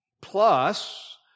Plus